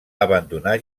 abandonar